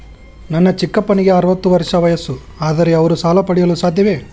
ನನ್ನ ಚಿಕ್ಕಪ್ಪನಿಗೆ ಅರವತ್ತು ವರ್ಷ ವಯಸ್ಸು, ಆದರೆ ಅವರು ಸಾಲ ಪಡೆಯಲು ಸಾಧ್ಯವೇ?